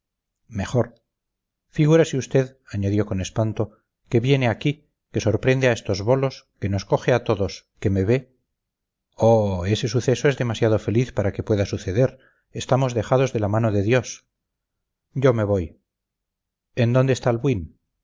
cíbicas mejor figúrese usted añadió con espanto que viene aquí que sorprende a estos bolos que nos coge a todos que me ve oh ese suceso es demasiado feliz para que pueda suceder estamos dejados de la mano de dios yo me voy en dónde está albuín